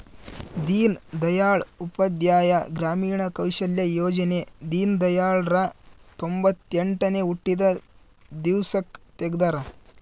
ದೀನ್ ದಯಾಳ್ ಉಪಾಧ್ಯಾಯ ಗ್ರಾಮೀಣ ಕೌಶಲ್ಯ ಯೋಜನೆ ದೀನ್ದಯಾಳ್ ರ ತೊಂಬೊತ್ತೆಂಟನೇ ಹುಟ್ಟಿದ ದಿವ್ಸಕ್ ತೆಗ್ದರ